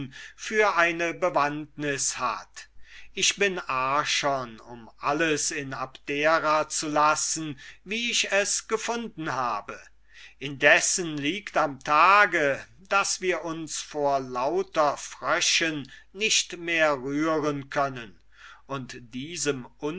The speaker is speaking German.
für eine bewandtnis hat ich bin archon um alles in abdera zu lassen wie ich es gefunden habe indessen liegt am tage daß wir uns vor lauter fröschen nicht mehr rühren können und diesem